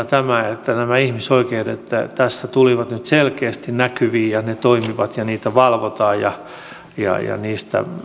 tämä että ihmisoikeudet tässä tulivat nyt selkeästi näkyviin ne toimivat niitä valvotaan ja ja niistä